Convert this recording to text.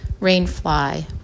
rainfly